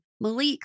Malik